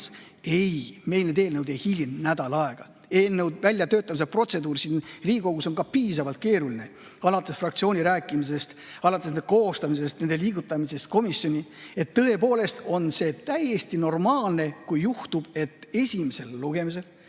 Ei, meil need eelnõud ei hilinenud nädal aega. Eelnõu väljatöötamise protseduur siin Riigikogus on ka piisavalt keeruline, alates fraktsioonis rääkimisest, alates koostamisest ja liigutamisest komisjoni. Nii et tõepoolest on see täiesti normaalne, kui juhtub, et esimesel lugemisel